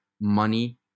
money